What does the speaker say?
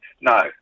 no